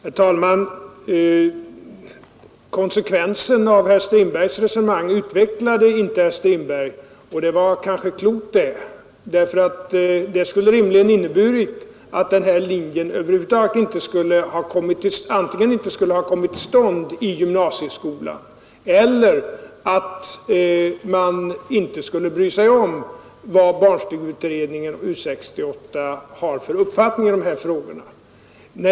Herr talman! Konsekvensen av resonemanget utvecklade inte herr Strindberg, och det var kanske klokt, därför att det skulle rimligen ha inneburit att den här linjen över huvud taget antingen inte borde ha kommit till stånd i gymnasieskolan eller att man inte skulle bry sig om vad barnstugeutredningen och U 68 har för uppfattningar i de här frågorna.